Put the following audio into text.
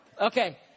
Okay